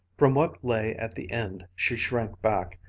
from what lay at the end she shrank back,